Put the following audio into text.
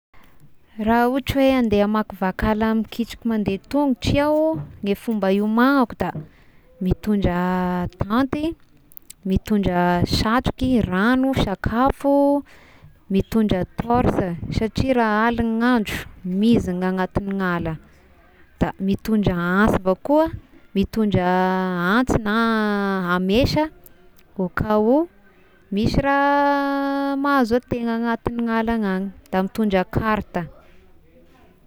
Raha ohatry hoe andeha hamakivaky ala mikitroky mandeha tongotry iaho ny fomba hiomagnako da mitondra tanty, mitondra satroky ragno sakafo, mitondra torsa satria raha aligny ny andro mizigna ny anatign'ala ,da mitondra ansy avao koa, mitondra antsy na amesa au cas ou misy raha mahazo an-tegna agnatin'gny ala agnany, da mitondra karta.